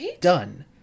done